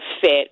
fit